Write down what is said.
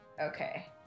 Okay